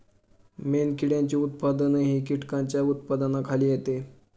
मेणकिड्यांचे उत्पादनही कीटकांच्या उत्पादनाखाली येते